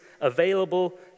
available